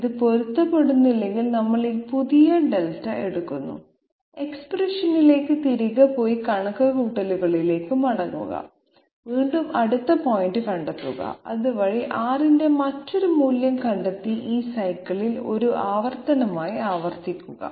ഇത് പൊരുത്തപ്പെടുന്നില്ലെങ്കിൽ നമ്മൾ ഈ പുതിയ δ എടുക്കുന്നു എക്സ്പ്രഷനിലേക്ക് തിരികെ പോയി കണക്കുകൂട്ടലുകളിലേക്ക് മടങ്ങുക വീണ്ടും അടുത്ത പോയിന്റ് കണ്ടെത്തുക അതുവഴി R ന്റെ മറ്റൊരു മൂല്യം കണ്ടെത്തി ഈ സൈക്കിളിൽ ഒരു ആവർത്തനമായി ആവർത്തിക്കുക